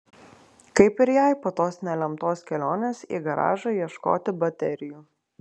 kaip ir jai po tos nelemtos kelionės į garažą ieškoti baterijų